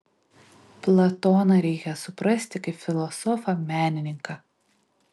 platoną reikia suprasti kaip filosofą menininką